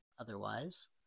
otherwise